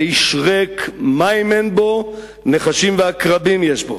האיש ריק, מים אין בו, נחשים ועקרבים יש בו.